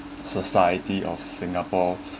society of singapore